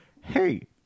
hey